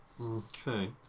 Okay